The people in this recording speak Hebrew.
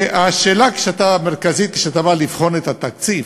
השאלה המרכזית, כשאתה בא לבחון את התקציב,